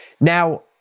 Now